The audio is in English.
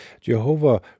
Jehovah